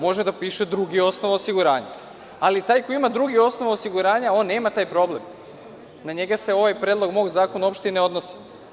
Može da piše drugi osnov osiguranja, ali taj koji ima drugi osnov osiguranja on nema taj problem, na njega se ovaj predlog mog zakona uopšte i ne odnosi.